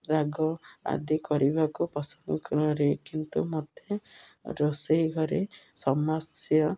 ରାଗ ଆଦି କରିବାକୁ ପସନ୍ଦ କରେ କିନ୍ତୁ ମୋତେ ରୋଷେଇ ଘରେ ସମସ୍ୟା